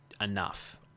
enough